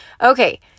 Okay